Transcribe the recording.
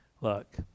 look